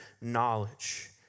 knowledge